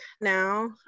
now